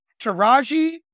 Taraji